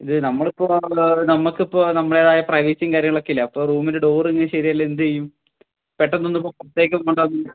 ഇതു നമ്മളിപ്പോള് നമ്മള് നമ്മള്ക്കിപ്പോള് നമ്മുടേതായ പ്രൈവസിയും കാര്യങ്ങളൊക്കെ ഇല്ലേ അപ്പോള് റൂമിന്റെ ഡോറിങ്ങനെ ശരിയല്ലേ എന്തെയ്യും പെട്ടെന്നൊന്ന്